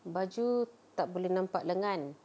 baju tak boleh nampak lengan